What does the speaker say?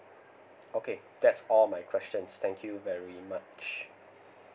okay that's all my questions thank you very much